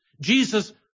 Jesus